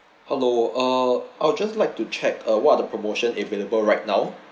hello uh I'll just like to check uh what are the promotion available right now